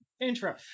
intro